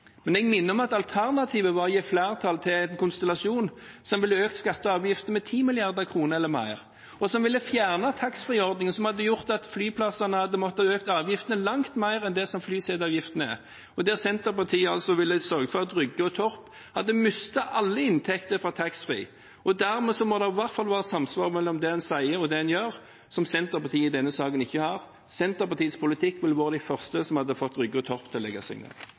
Men jeg minner om at alternativet var å gi flertall til en konstellasjon som ville økt skatter og avgifter med 10 mrd. kr eller mer, og som ville fjerne taxfree-ordningen, som hadde gjort at flyplassene hadde måttet øke avgiftene langt mer enn det som flyseteavgiften utgjør, og der Senterpartiet ville sørget for at Rygge og Torp hadde mistet alle inntekter fra taxfree. Det må i hvert fall være samsvar mellom det en sier, og det en gjør, som det hos Senterpartiet i denne saken ikke er. Med Senterpartiets politikk ville en vært den første som hadde fått Rygge og Torp til å bli lagt ned,